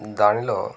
దానిలో